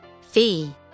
Fee